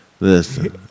Listen